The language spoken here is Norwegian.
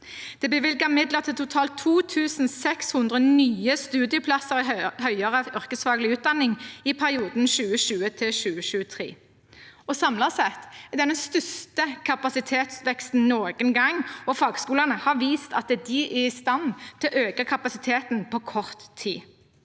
er bevilget midler til totalt 2 600 nye studieplasser i høyere yrkesfaglig utdanning i perioden 2020–2023. Samlet sett er det den største kapasitetsveksten noen gang, og fagskolene har vist at de er i stand til å øke kapasiteten på kort tid.